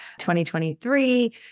2023